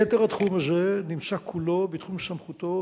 יתר התחום הזה נמצא כולו בתחום סמכותו,